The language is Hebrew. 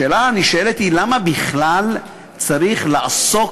השאלה הנשאלת היא למה בכלל צריך לעסוק